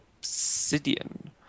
obsidian